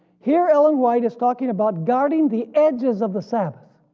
here ellen white is talking about guarding the edges of the sabbath.